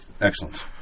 Excellent